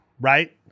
right